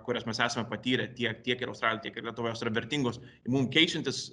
kurias mes esame patyrę tiek tiek ir australijoj tiek ir lietuvoj jos yra vertingos mum keičiantis